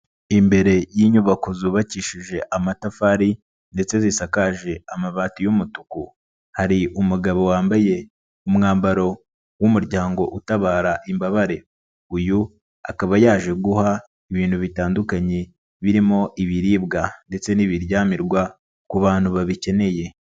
Imbere y'inyubako zubakishije amatafari ndetse zisakaje amabati y'umutuku, hari umugabo wambaye umwambaro w'umuryango utabara imbabare, uyu akaba yaje guha ibintu bitandukanye, birimo ibiribwa ndetse n'ibiryamirwa ku bantu babikeneye.